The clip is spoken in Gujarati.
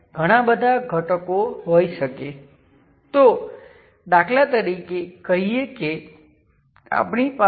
હું નામોનું કારણ પાછળથી આપીશ